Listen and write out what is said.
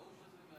ראו שזה מהלב.